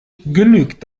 genügt